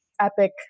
epic